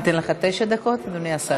אני אתן לך תשע דקות, אדוני השר?